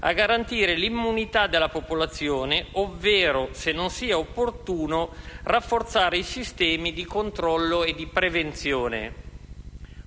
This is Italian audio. a garantire l'immunità della popolazione, ovvero se non sia opportuno rafforzare i sistemi di controllo e prevenzione;